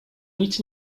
nic